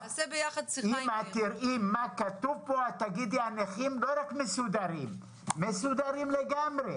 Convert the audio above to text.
אם תראי מה כתוב פה את תגידי שהנכים לא רק מסודרים - מסודרים לגמרי.